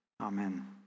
Amen